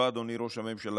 לא, אדוני ראש הממשלה,